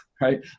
right